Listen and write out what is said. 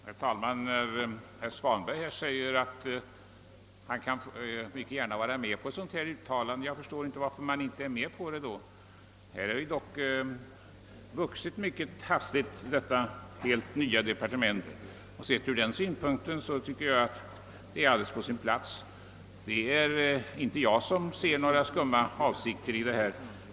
Herr talman! Herr Svanberg säger att utskottsmajoriteten mycket gärna kan vara med på ett sådant här uttalande. Då förstår jag inte varför man inte är med på det. Det helt nya industridepartementet har vuxit mycket hastigt, och ur den synpunkten tycker jag att uttalandet är helt på sin plats. Det är inte jag som ser några skumma avsikter i detta.